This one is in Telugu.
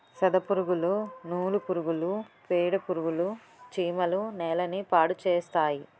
సెదపురుగులు నూలు పురుగులు పేడపురుగులు చీమలు నేలని పాడుచేస్తాయి